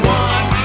one